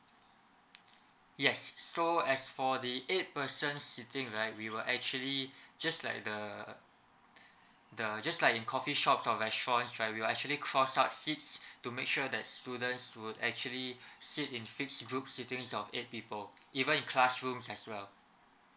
yes so as for the eight person sitting right we will actually just like the the just like in coffee shops or restaurants right we will actually cross out seats to make sure that students would actually sit in fix group seatings of eight people even in classrooms as well